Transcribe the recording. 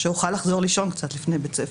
שאוכל לחזור לישון קצת לפני בית הספר.